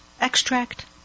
extract